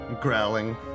Growling